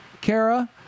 Kara